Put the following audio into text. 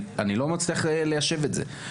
ולהגיד שהכסף הולך רק לטובת השקעה בתחום החינוך.